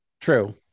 True